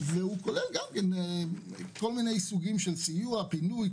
כולל כל מיני סוגים של סיוע: פינוי,